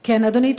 אדוני,